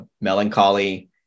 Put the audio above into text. melancholy